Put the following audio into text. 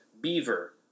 Beaver